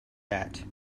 that